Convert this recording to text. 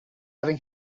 having